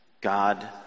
God